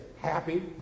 happy